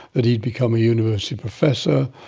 that he become a university professor,